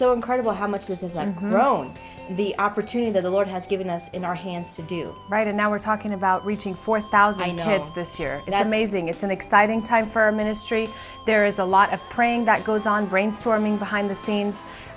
so incredible how much this is i'm grown the opportunity to the lord has given us in our hands to do right and now we're talking about reaching four thousand heads this year and i mazing it's an exciting time for our ministry there is a lot of praying that goes on brainstorming behind the scenes